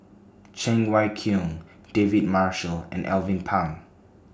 Cheng Wai Keung David Marshall and Alvin Pang